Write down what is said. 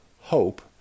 hope